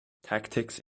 tactics